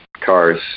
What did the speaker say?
cars